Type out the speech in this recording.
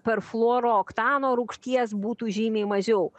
perfluoroktano rūgšties būtų žymiai mažiau